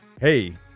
hey